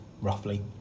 roughly